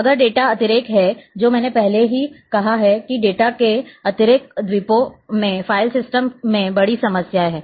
अगर डेटा अतिरेक है जो मैंने पहले ही चर्चा की है कि डेटा के अतिरेक द्वीपों में फ़ाइल सिस्टम में बड़ी समस्या है